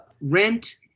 rent